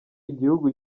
igihugu